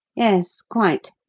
yes, quite,